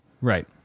Right